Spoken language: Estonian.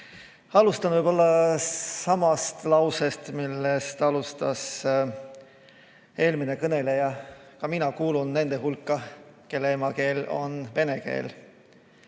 Alustan sama lausega, millega alustas eelmine kõneleja. Ka mina kuulun nende hulka, kelle emakeel on vene keel.